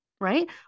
Right